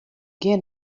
gean